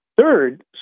Third